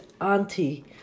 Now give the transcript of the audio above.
auntie